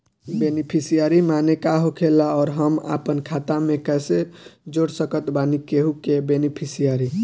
Beneficiary माने का होखेला और हम आपन खाता मे कैसे जोड़ सकत बानी केहु के बेनीफिसियरी?